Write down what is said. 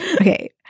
Okay